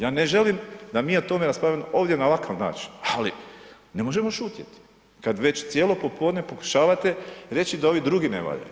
Ja ne želim da mi o tome raspravljamo ovdje na ovakav način, ali ne možemo šutjeti, kada već cijelo popodne pokušavate reći da ovi drugi ne valjaju.